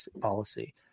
policy